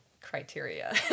criteria